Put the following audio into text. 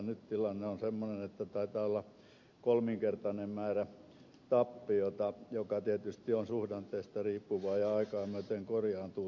nyt tilanne on semmoinen että taitaa olla kolminkertainen määrä tappiota joka tietysti on suhdanteista riippuva ja aikaa myöten toivon mukaan korjaantuu